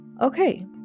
okay